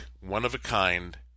one-of-a-kind